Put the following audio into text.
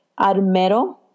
Armero